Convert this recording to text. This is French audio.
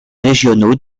régionaux